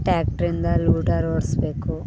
ಟ್ಯಾಟ್ರಿಂದ ಲೂಡಾರ್ ಹೊಡೆಸ್ಬೇಕು